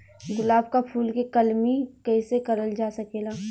गुलाब क फूल के कलमी कैसे करल जा सकेला?